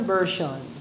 Version